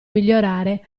migliorare